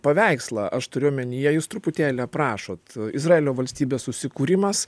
paveikslą aš turiu omenyje jūs truputėlį aprašot izraelio valstybės susikūrimas